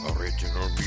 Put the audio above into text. Original